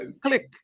click